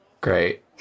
Great